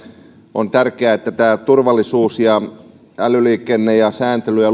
on tärkeää että turvallisuus ja älyliikenne ja sääntely ja